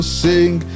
sing